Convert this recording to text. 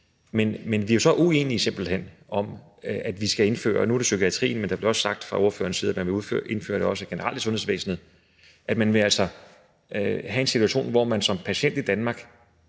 Men vi er jo så simpelt hen uenige i, at vi skal indføre – nu er det psykiatrien, men der blev også sagt fra ordførerens side, at man også ville indføre det generelt i sundhedsvæsenet – en situation, hvor man som patient i Danmark